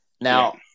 Now